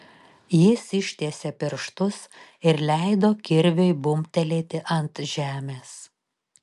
jis ištiesė pirštus ir leido kirviui bumbtelėti ant žemės